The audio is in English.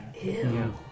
Ew